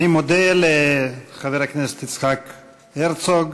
אני מודה לחבר הכנסת יצחק הרצוג.